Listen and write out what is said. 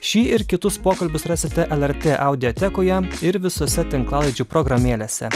šį ir kitus pokalbius rasite lrt audiotekoje ir visose tinklalaidžių programėlėse